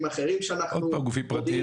אחרים שאנחנו --- עוד פעם גופים פרטיים?